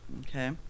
Okay